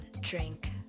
drink